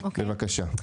בבקשה.